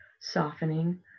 softening